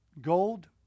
Gold